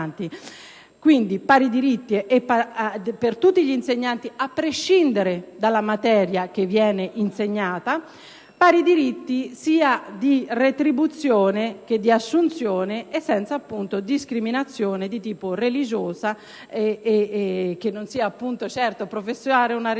Quindi, pari diritti per tutti gli insegnanti, a prescindere dalla materia che viene insegnata, in termini sia di retribuzione che di assunzione, senza appunto discriminazione di tipo religiosa; che professare una religione